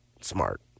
smart